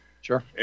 Sure